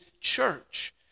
church